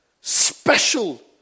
special